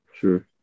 Sure